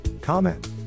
comment